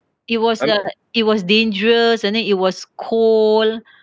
it was the it was dangerous and then it was cold